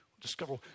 discover